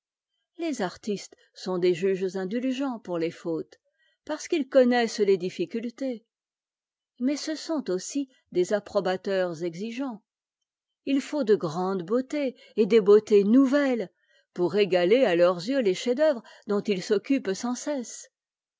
les artistes sont des juges indulgents pour les fautes parce qu'ils connaissent les difficultés mais ce sont aussi des approbateurs exigeants il faut de grandes beautés et des beautés nouvelles pour égaler à leurs yeux les chefs-d'oeuvre dont ils s'occupent sans cesse